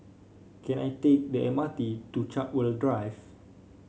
can I take the M R T to Chartwell Drive